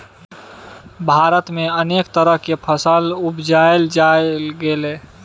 भारत में अनेक तरह के फसल के उपजाएल जा लागलइ